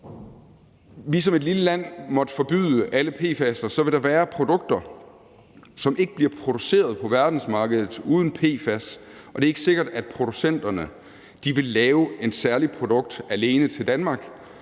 vi som et lille land måtte forbyde alle PFAS'er, vil der være produkter, som ikke bliver produceret på verdensmarkedet uden PFAS, og det er ikke sikkert, at producenterne vil lave et særligt produkt alene til Danmark.